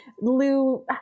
Lou